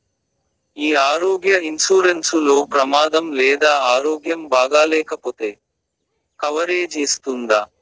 ఈ ఆరోగ్య ఇన్సూరెన్సు లో ప్రమాదం లేదా ఆరోగ్యం బాగాలేకపొతే కవరేజ్ ఇస్తుందా?